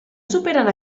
superen